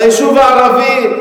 ביישוב הערבי,